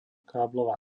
káblová